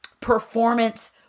performance